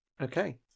Okay